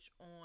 on